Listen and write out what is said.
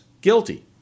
guilty